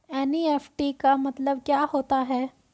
NEFT का मतलब क्या होता है?